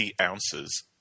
ounces